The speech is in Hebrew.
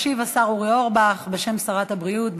ישיב השר אורי אורבך, בשם שרת הבריאות.